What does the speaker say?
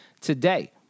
today